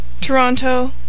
Toronto